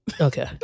Okay